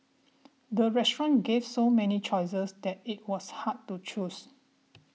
the restaurant gave so many choices that it was hard to choose